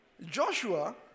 Joshua